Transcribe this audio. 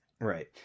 Right